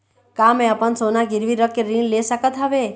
का मैं अपन सोना गिरवी रख के ऋण ले सकत हावे?